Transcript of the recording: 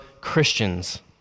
Christians